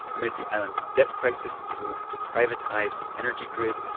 amid the island's debt crisis, he's moved to privatize the energy grid.